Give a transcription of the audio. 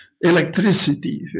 electricity